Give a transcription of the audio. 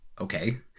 Okay